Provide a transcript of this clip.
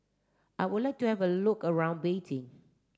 I would like to have a look around Beijing